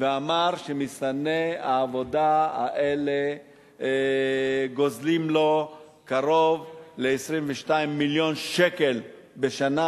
ואמר שמסתנני העבודה האלה גוזלים לו קרוב ל-22 מיליון שקל בשנה,